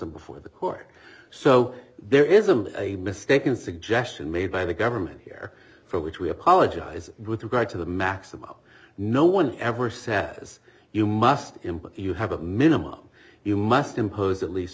t before the court so there isn't a mistaken suggestion made by the government here for which we apologize with regard to the maximo no one ever says you must impose you have a minimum you must impose at least